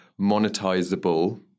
monetizable